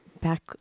Back